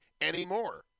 anymore